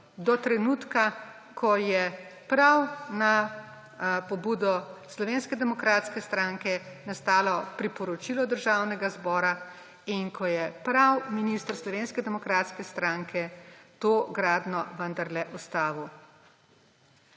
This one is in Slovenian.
Do trenutka, ko je prav na pobudo Slovenske demokratske stranke nastalo priporočilo Državnega zbora in ko je prav minister Slovenske demokratske stranke to gradnjo vendarle ustavil.